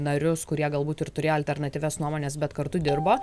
narius kurie galbūt ir turėjo alternatyvias nuomones bet kartu dirbo